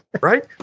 Right